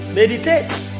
Meditate